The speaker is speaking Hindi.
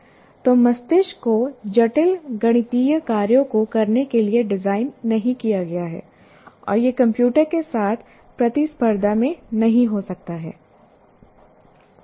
तो मस्तिष्क को जटिल गणितीय कार्यों को करने के लिए डिज़ाइन नहीं किया गया है और यह कंप्यूटर के साथ प्रतिस्पर्धा में नहीं हो सकता है